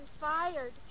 fired